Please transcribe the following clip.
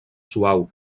suau